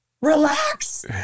Relax